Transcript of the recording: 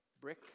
brick